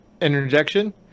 Interjection